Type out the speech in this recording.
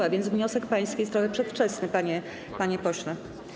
A więc wniosek pański jest trochę przedwczesny, panie pośle.